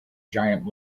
giant